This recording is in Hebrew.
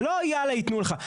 זה לא יאללה, יתנו לך.